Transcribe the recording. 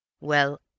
Well